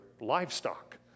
livestock